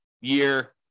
year